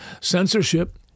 Censorship